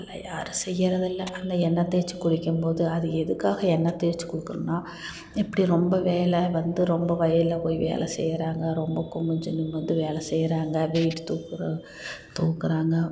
அப்படிலாம் யாரும் செய்கிறது இல்லை அந்த எண்ணெய் தேய்ச்சு குளிக்கும் போது அது எதுக்காக எண்ணெய் தேய்ச்சு குளிக்கிறோன்னா இப்படி ரொம்ப வேலை வந்து ரொம்ப வயலில் போய் வேலை செய்கிறாங்க ரொம்ப குனிஞ்சு நிமிர்ந்து வேலை செய்கிறாங்க வெயிட்டு தூக்குறாங் தூக்குகிறாங்கள்